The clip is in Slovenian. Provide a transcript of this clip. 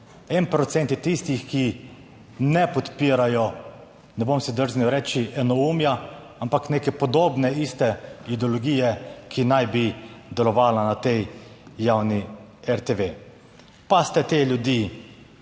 je tistih, ki ne podpirajo, ne bom si drznil reči, enoumja, ampak neke podobne, iste ideologije, ki naj bi delovala na tej javni RTV, pa ste te ljudi